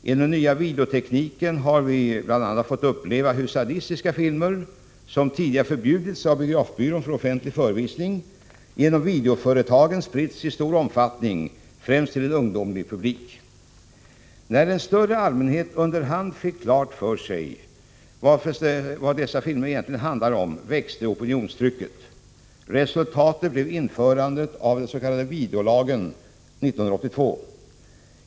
Genom den nya videotekniken har vi bl.a. fått uppleva hur sadistiska filmer, som tidigare förbjudits av biografbyrån för offentlig förevisning, genom videoföretagen spritts i stor omfattning, främst till en ungdomlig publik. När en större allmänhet under hand fick klart för sig vad dessa filmer egentligen handlar om, växte opinionstrycket. Resultatet blev införandet av den s.k. videolagen 1982.